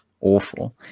awful